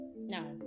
now